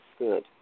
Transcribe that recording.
Good